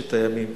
ששת הימים.